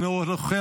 אינו נוכח,